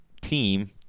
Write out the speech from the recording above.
team